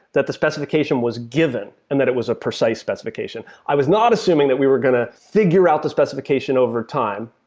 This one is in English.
that the specification was given and that it was a precise specification. i was not assuming that we were going to figure out the specification over time.